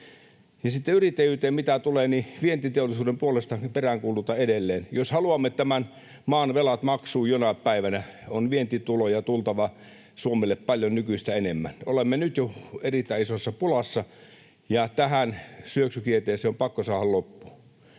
tulee yrittäjyyteen, niin vientiteollisuuden puolesta peräänkuulutan edelleen, että jos haluamme tämän maan velat maksuun jonain päivänä, on vientituloja tultava Suomelle paljon nykyistä enemmän. Olemme nyt jo erittäin isossa pulassa, ja tähän syöksykierteeseen on pakko saada loppu.